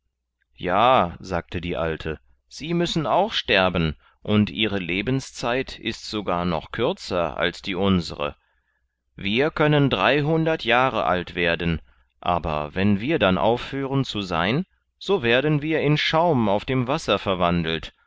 ja sagte die alte sie müssen auch sterben und ihre lebenszeit ist sogar noch kürzer als die unsere wir können dreihundert jahre alt werden aber wenn wir dann aufhören zu sein so werden wir in schaum auf dem wasser verwandelt